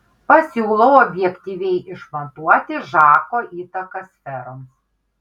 pasiūlau objektyviai išmatuoti žako įtaką sferoms